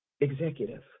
Executive